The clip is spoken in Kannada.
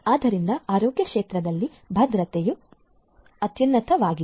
ಆದ್ದರಿಂದ ಆರೋಗ್ಯ ಕ್ಷೇತ್ರದಲ್ಲಿ ಭದ್ರತೆಯು ಅತ್ಯುನ್ನತವಾಗಿದೆ